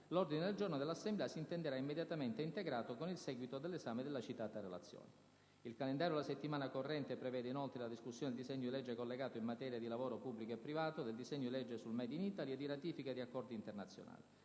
1'ordine del giorno dell'Assemblea si intenderà immediatamente integrato con il seguito dell'esame della citata relazione. Il calendario della settimana corrente prevede inoltre la discussione del disegno di legge collegato in materia di lavoro pubblico e privato, del disegno di legge sul "*Made in Italy*" e di ratifiche di accordi internazionali.